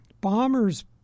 bombers